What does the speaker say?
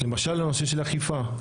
למשל הנושא של אכיפה.